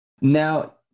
Now